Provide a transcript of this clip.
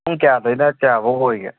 ꯄꯨꯡ ꯀꯌꯥꯗꯩꯅ ꯀꯌꯥ ꯐꯥꯎ ꯑꯣꯏꯒꯦ